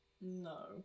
No